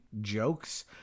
jokes